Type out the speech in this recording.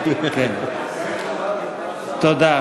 תודה.